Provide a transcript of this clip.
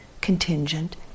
contingent